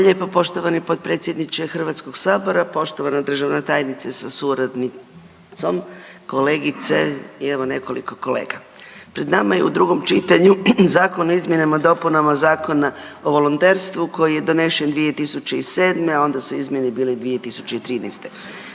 lijepo poštovani potpredsjedniče Hrvatskog sabora. Poštovana državna tajnice sa suradnicom, kolegice i evo nekoliko kolega, pred nama je u drugom čitanju Zakon o izmjenama i dopunama Zakona o volonterstvu koji je donesen 2007., a onda su izmjene bile 2013.